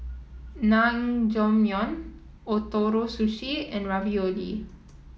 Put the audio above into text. Naengmyeon Ootoro Sushi and Ravioli